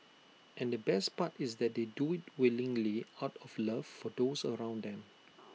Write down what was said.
and the best part is that they do IT willingly out of love for those around them